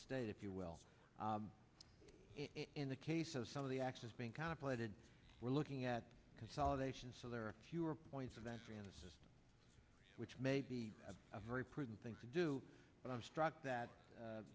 state if you will in the case of some of the actions being contemplated we're looking at consolidation so there are fewer points of entry in the system which may be a very prudent thing to do but i'm struck that